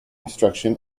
instruction